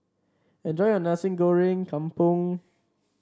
enjoy your Nasi Goreng Kampung